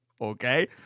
Okay